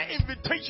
invitation